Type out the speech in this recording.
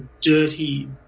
dirty